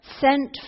sent